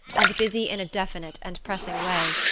and busy in a definite and pressing way.